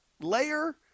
layer